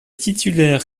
titulaire